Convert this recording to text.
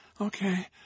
okay